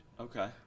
Okay